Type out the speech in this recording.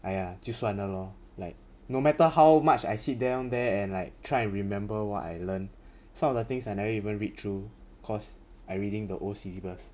!aiya! 就算了 lor like no matter how much I sit there down there and like try and remember what I learn some of the things I never even read through cause I reading the old syllabus